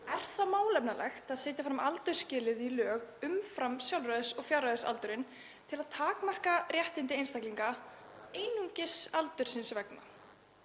er þá málefnalegt að setja aldursskilyrði í lög umfram sjálfræðis- og fjárræðisaldurinn til að takmarka réttindi einstaklinga einungis aldursins vegna?